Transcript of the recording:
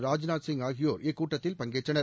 ராஜ்நாத் சிங் ஆகியோா் இக்கூட்டத்தில் பங்கேற்றனர்